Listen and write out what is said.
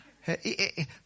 Hey